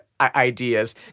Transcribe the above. ideas